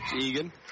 Egan